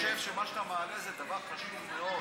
אני חושב שמה שאתה מעלה זה משהו חשוב מאוד.